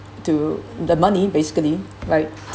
to the money basically right